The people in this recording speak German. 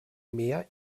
mehr